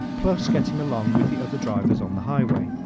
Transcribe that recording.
plus getting along with the other drivers on the highway.